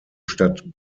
stadt